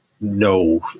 no